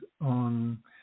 on